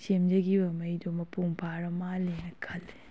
ꯁꯦꯝꯖꯈꯤ ꯈꯩꯗꯣ ꯃꯄꯨꯡ ꯐꯥꯔ ꯃꯥꯟꯂꯦ ꯍꯥꯏꯅ ꯈꯟꯂꯦ